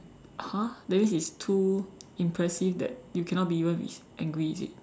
!huh! that means it's too impressive that you cannot be even be angry is it